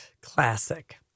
Classic